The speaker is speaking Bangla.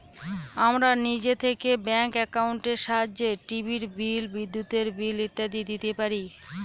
আমরা নিজে থেকে ব্যাঙ্ক একাউন্টের সাহায্যে টিভির বিল, বিদ্যুতের বিল ইত্যাদি দিতে পারি